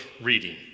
reading